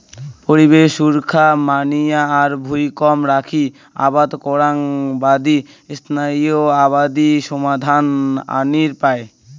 পরিবেশ সুরক্ষা মানিয়া আর ভুঁই কম রাখি আবাদ করাং বাদি স্থায়ী আবাদি সমাধান আনির পায়